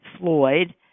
Floyd